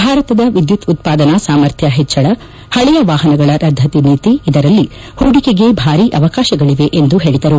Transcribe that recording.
ಭಾರತದ ವಿದ್ಯುತ್ ಉತ್ಪಾದನಾ ಸಾಮರ್ಥ್ಯ ಹೆಚ್ಚಳ ಹಳೆಯ ವಾಹನಗಳ ರದ್ದತಿ ನೀತಿ ಇದರಲ್ಲಿ ಹೂಡಿಕೆಗೆ ಭಾರಿ ಅವಕಾಶಗಳಿವೆ ಎಂದು ಅವರು ಹೇಳಿದರು